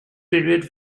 period